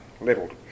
levelled